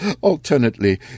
Alternately